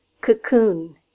cocoon